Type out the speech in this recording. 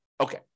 Okay